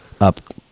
up